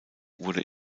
wurde